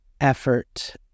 effort